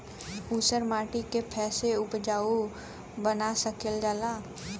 ऊसर माटी के फैसे उपजाऊ बना सकेला जा?